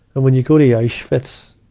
and when you go to auschwitz,